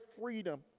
freedom